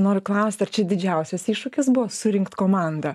noriu klausti ar čia didžiausias iššūkis buvo surinkt komandą